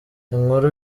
inkuru